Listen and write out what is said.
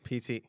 PT